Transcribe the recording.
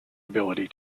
ability